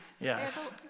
Yes